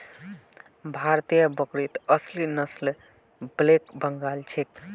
भारतीय बकरीत असली नस्ल ब्लैक बंगाल छिके